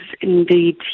indeed